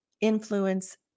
influence